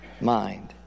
mind